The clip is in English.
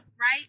right